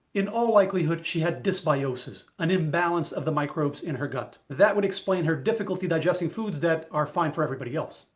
in all likelihood she had dysbiosis. an imbalance of the microbes in her gut. that would explain her difficulty digesting foods that are fine for everybody else.